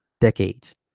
decades